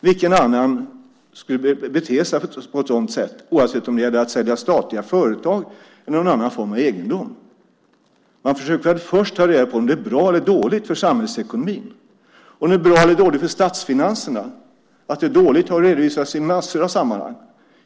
Vem annars skulle bete sig på ett sådant sätt oavsett om det gäller att sälja statliga företag eller någon annan form av egendom? Man försöker väl först ta reda på om det är bra eller dåligt för samhällsekonomin, om det är bra eller dåligt för statsfinanserna. Att det är dåligt har ju redovisats i massor av sammanhang.